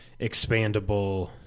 expandable